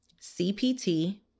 CPT